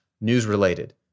news-related